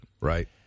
Right